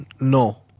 No